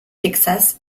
texas